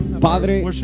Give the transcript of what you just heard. Padre